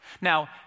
Now